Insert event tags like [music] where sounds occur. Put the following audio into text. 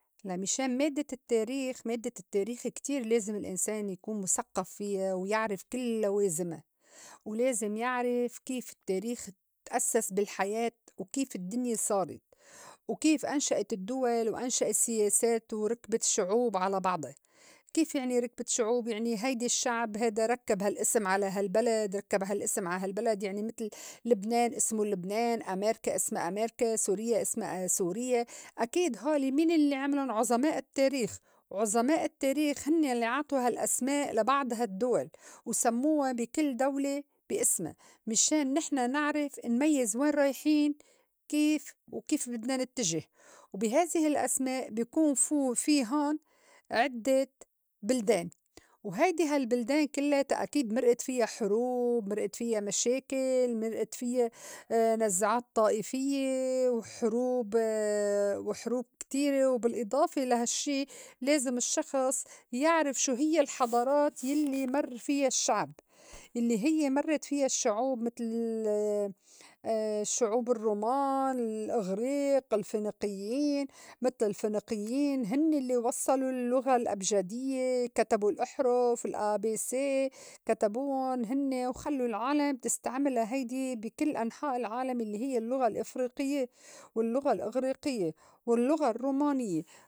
مِشان مادّة التّاريخ، مادّة التّاريخ كتير لازم الإنسان يكون مُثقّف فيّا ويعرف كل لوازما ولازم يعرف كيف التّاريخ تأسّس بالحياة، وكيف الدّنيا صارت، وكيف أنْشأت الدّول، وأنْشأت سياسات، ورِكبت الشّعوب على بعضا كيف يعني رِكبت شعوب يعني هيدي الشّعب هيدا ركّب هالأسم على هالبلد ركّب ها الأسم على هالبلد يعني متل لبنان إسمو لبنان، أميركا إسما أميركا، سوريّا إسما سوريّا، أكيد هولي مين الّي عملُن عُظماء التّاريخ وعُظماء التّاريخ هنّ يلّي عطو هالأسماء لبعض هالدّول وسمّوا بي كل دولة بي اسما مِشان نحن نعرف نميّز وين رايحين كيف وكيف بدنا نتّجه وبي هِذهِ الأسماء بيكون فو- في هون عدّة بلدان وهيدي هالبلدان كلّياتا أكيد مرئت فيّا حروب مرئت فيّا مشاكل مرئت فيّا [hesitation] نَزْعات طائفيّة وحروب- [hesitation] وحروب كتيرة. وبالإضافة لا هالشّي لازم الشّخص يعرف شو هيّ الحضارات [noise] يلّي مر فيّا الشّعب يلّي هيّ مرّت فيّا الشّعوب متل [hesitation] شعوب الرّومان الأغريق الفينيقيّن متل الفينيقيّن هنّي الّي وصّلو اللّغة الأبجدية كتبو الأحرُف ال a b c كتبون هنّي وخلّو العالم تستعملا هيدي بي كل أنحاء العالم الّي هيّ الأفريقيّة واللّغة الأغريقيّة واللّغة الرومانيّة.